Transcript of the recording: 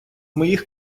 моїх